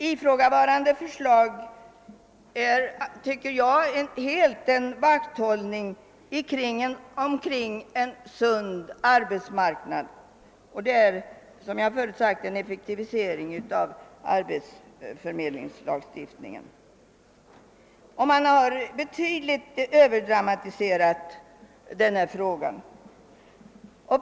Ifrågavarande förslag är enligt min mening helt en vakthållning kring en sund arbetsmarknad och syftar till, som jag redan sagt, en effektivisering av arbetsförmedlingslagstiftningen. Man har betydligt överdramatiserat denna fråga.